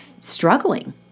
struggling